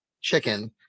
chicken